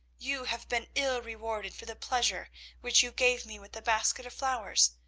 you have been ill rewarded for the pleasure which you gave me with the basket of flowers,